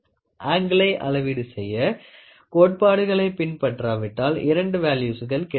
ஆங்கிளை அளவீடு செய்ய கோட்பாடுகளை பின்பற்றாவிட்டால் இரண்டு வேல்யூஸ்கள் கிடைக்கலாம்